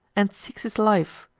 and seeks his life,